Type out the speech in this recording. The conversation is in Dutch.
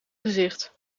gezicht